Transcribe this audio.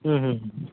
হুম হুম হুম